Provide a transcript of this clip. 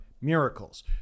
miracles